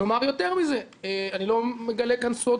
נאמר יותר מזה אני לא מגלה כאן סוד